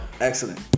Excellent